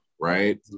right